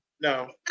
No